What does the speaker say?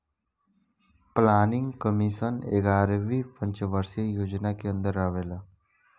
planning commission एग्यारहवी पंचवर्षीय योजना के अन्दर आवेला